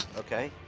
okay?